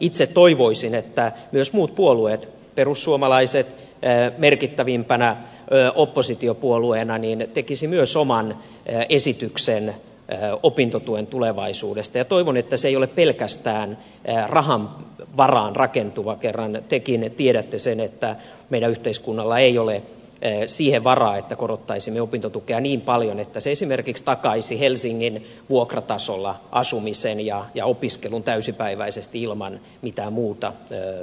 itse toivoisin että myös muut puolueet perussuomalaiset merkittävimpänä oppositiopuolueena tekisivät oman esityksensä opintotuen tulevaisuudesta ja toivon että se ei ole pelkästään rahan varaan rakentuva kun kerran tekin tiedätte sen että meidän yhteiskunnallamme ei ole siihen varaa että korottaisimme opintotukea niin paljon että se esimerkiksi takaisi helsingin vuokratasolla asumisen ja opiskelun täysipäiväisesti ilman mitään muuta tulorahoitusta